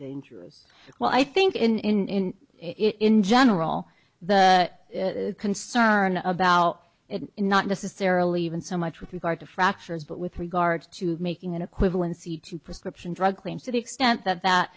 dangerous well i think in in general the concern about it not necessarily even so much with regard to fractures but with regard to making an equivalency to prescription drug claims to the extent that that